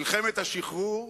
מלחמת השחרור,